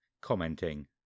commenting